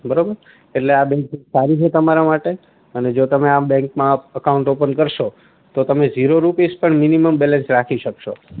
બરોબર એટલે આ બેંક ખૂબ સારી છે તમારા માટે અને જો તમે આ બેંકમાં અકાઉન્ટ ઓપન કરશો તો તમે ઝીરો રુપીઝ પણ મિનિમમ બેલેન્સ રાખી શકશો